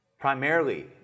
Primarily